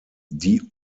die